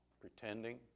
pretending